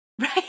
right